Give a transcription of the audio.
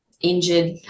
injured